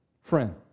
Friend